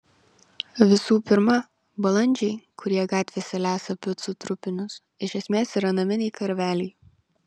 visų pirma balandžiai kurie gatvėse lesa picų trupinius iš esmės yra naminiai karveliai